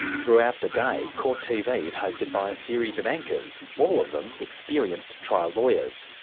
throughout the day, court tv is hosted by a series of anchors, all of them experienced trial lawyers.